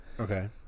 Okay